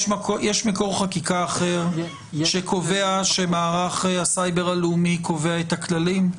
יש מקור חקיקה אחר שקובע שמערך הסייבר הלאומי קובע את הכללים?